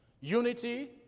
Unity